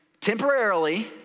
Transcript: temporarily